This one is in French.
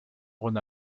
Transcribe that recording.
rhône